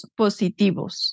positivos